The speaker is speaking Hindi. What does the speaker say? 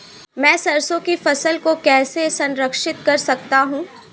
मैं सरसों की फसल को कैसे संरक्षित कर सकता हूँ?